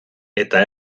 eta